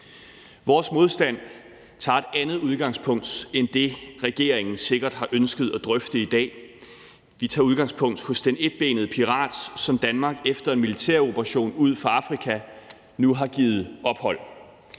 Vores modstand tager et andet udgangspunkt end det, regeringen sikkert har ønsket at drøfte i dag. Vi tager udgangspunkt i den etbenede pirat, som Danmark efter en militæroperation ud for Afrika nu har givet ophold.